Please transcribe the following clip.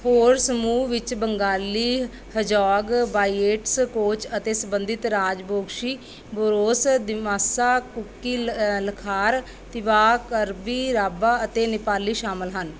ਹੋਰ ਸਮੂਹ ਵਿੱਚ ਬੰਗਾਲੀ ਹਾਜੋਂਗ ਬਾਇਏਟਸ ਕੋਚ ਅਤੇ ਸਬੰਧਿਤ ਰਾਜਬੋਂਗਸ਼ੀ ਬੋਰੋਸ ਦਿਮਾਸਾ ਕੁਕੀ ਲ ਲੱਖਾਰ ਤਿਵਾ ਕਰਬੀ ਰਾਭਾ ਅਤੇ ਨੇਪਾਲੀ ਸ਼ਾਮਲ ਹਨ